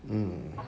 mm